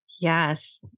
yes